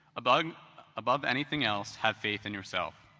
above above anything else, have faith in yourself,